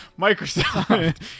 Microsoft